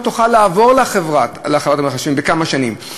תוכל לעבור לחברת המחשבים אחרי כמה שנים.